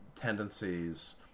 tendencies